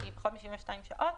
שהיא פחות מ-72 שעות,